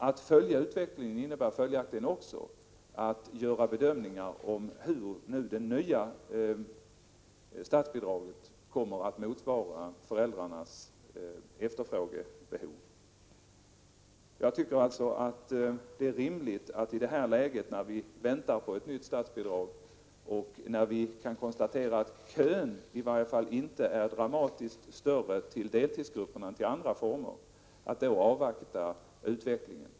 Att följa utvecklingen innebär följaktligen också att göra bedömningar av hur det nya statsbidraget kommer att motsvara föräldrarnas efterfrågebehov. Jag tror alltså att det är rimligt att i det här läget, när vi väntar på ett nytt statsbidrag och när vi kan konstatera att köerna i varje fall inte dramatiskt är längre till deltidsgrupperna än till andra former, avvakta utvecklingen.